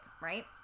right